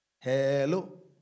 Hello